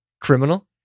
criminal